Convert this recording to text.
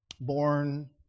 Born